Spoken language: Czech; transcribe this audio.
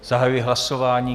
Zahajuji hlasování.